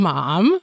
Mom